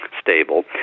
stable